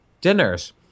dinners